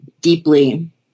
deeply